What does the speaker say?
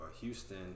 Houston